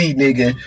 nigga